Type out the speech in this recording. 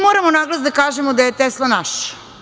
Moramo naglas da kažemo da je Tesla naš.